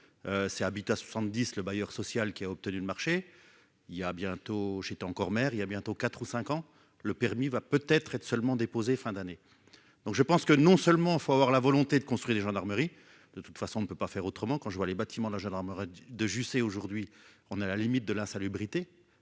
c'est Habitat 70 le bailleur social qui a obtenu le marché il y a bientôt j'étais encore maire il y a bientôt 4 ou 5 ans, le permis va peut être être seulement déposé fin d'année, donc je pense que non seulement, faut avoir la volonté de construire des gendarmeries de toute façon, on ne peut pas faire autrement, quand je vois les bâtiments de la gendarmerie de Jussey aujourd'hui, on est à la limite de l'insalubrité,